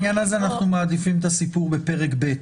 בעניין הזה אנחנו מעדיפים את הסיפור בפרק ב'.